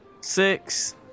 Six